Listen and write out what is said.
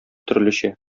төрлечә